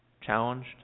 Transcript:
Challenged